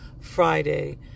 Friday